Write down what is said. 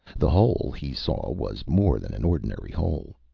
the hole, he saw, was more than an ordinary hole.